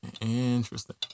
Interesting